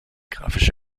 grafisch